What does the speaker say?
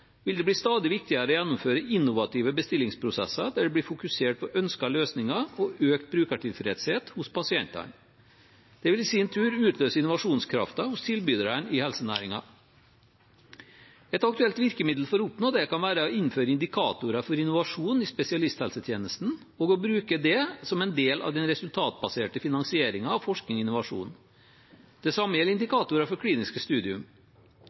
vil det bli stadig viktigere å gjennomføre innovative bestillingsprosesser der det blir fokusert på ønskede løsninger og økt brukertilfredshet hos pasientene. Det vil i sin tur utløse innovasjonskraften hos tilbyderne i helsenæringen. Et aktuelt virkemiddel for å oppnå det kan være å innføre indikatorer for innovasjon i spesialisthelsetjenesten og å bruke dem som en del av den resultatbaserte finansieringen av forskning og innovasjon. Det samme gjelder indikatorer for kliniske